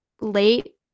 late